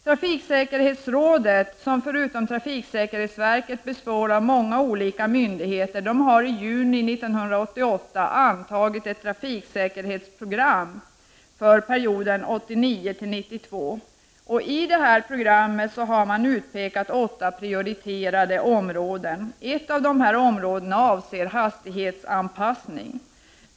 Trafiksäkerhetsrådet, som förutom trafiksäkerhetsverket består av många olika myndigheter, har i juni 1988 antagit ett trafiksäkerhetsprogram för perioden 1989-1992. I detta program har man utpekat åtta prioriterade områden. Ett av dessa områden avser hastighetsanpassning.